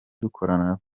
dukora